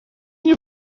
nie